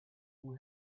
who